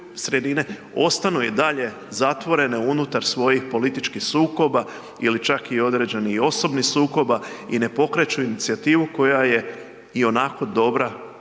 ostanu i dalje zatvorene unutar svojih političkih sukoba ili čak i određenih i osobnih sukoba i ne pokreću inicijativu koja je ionako dobra za,